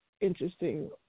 interesting